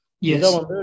Yes